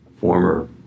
former